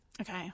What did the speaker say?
Okay